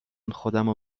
خودمو